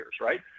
right